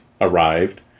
arrived